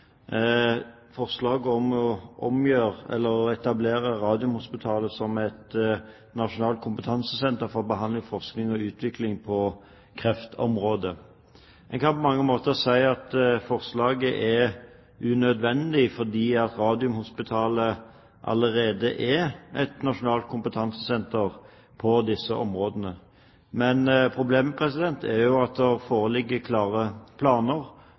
forslag om å omgjøre eller etablere Radiumhospitalet som et nasjonalt kompetansesenter for behandling, forskning og utvikling på kreftområdet. En kan på mange måter si at forslaget er unødvendig fordi Radiumhospitalet allerede er et nasjonalt kompetansesenter på disse områdene. Men problemet er at det foreligger klare planer